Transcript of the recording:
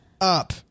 up